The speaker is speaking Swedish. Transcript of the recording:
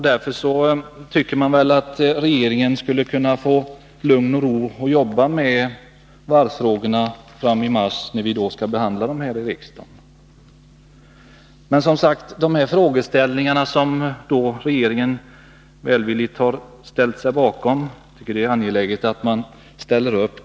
Därför tycker jag att regeringen i lugn och ro skulle kunna få jobba med varvsfrågorna fram till i mars, när vi skall behandla dem här i riksdagen. Regeringen har som sagt välvilligt bifallit Uddevallavarvets ansökan. Jag tycker att det är angeläget att man ställer upp.